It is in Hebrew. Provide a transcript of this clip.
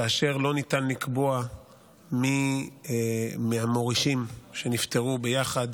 כאשר לא ניתן לקבוע מי מהמורישים שנפטרו ביחד